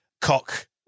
Cock